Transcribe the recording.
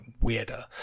weirder